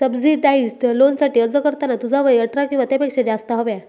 subsidised लोनसाठी अर्ज करताना तुझा वय अठरा किंवा त्यापेक्षा जास्त हव्या